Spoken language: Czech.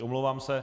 Omlouvám se.